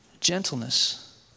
gentleness